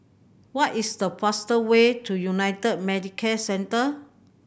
what is the fastest way to United Medicare Centre